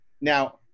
Now